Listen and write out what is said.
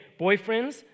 boyfriends